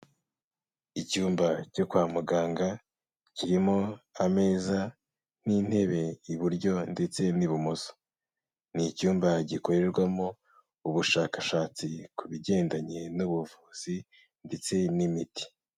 Icyumba cyo kwa muganga kirimo ameza n'intebe iburyo ndetse n'ibumoso, ni icyumba gikorerwamo ubushakashatsi ku bigendanye n'ubuvuzi ndetse n'imiti.